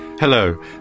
Hello